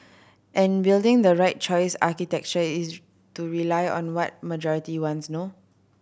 and building the right choice architecture is to rely on what majority wants no